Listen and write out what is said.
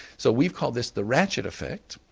so we've called this the ratchet effect,